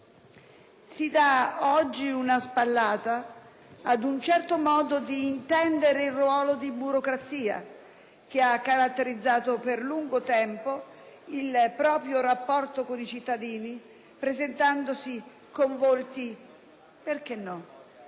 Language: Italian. Si dà oggi una spallata ad un certo modo di intendere il ruolo della burocrazia, che ha caratterizzato per lungo tempo il proprio rapporto con i cittadini presentandosi con volti - perché no?